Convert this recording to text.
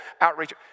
outreach